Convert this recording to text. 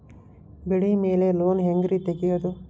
ಬೆಳಿ ಮ್ಯಾಲೆ ಲೋನ್ ಹ್ಯಾಂಗ್ ರಿ ತೆಗಿಯೋದ?